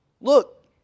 look